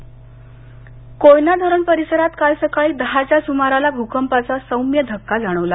भूकंप कोयना धरण परिसरात काल सकाळी दहाच्या सुमाराला भूकंपाचा सौम्य धक्का जाणवला